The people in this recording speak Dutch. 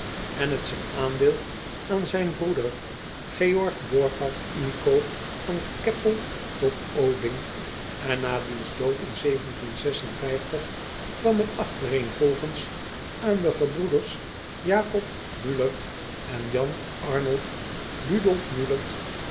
en het zijn aandeel aan zijn broeder eorg orchard nico van eppel tot dinck en na diens dood in kwam het achtereenvolgens aan de gebroeders acob ulert en an rnold udolf